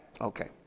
okay